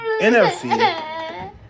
NFC